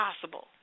possible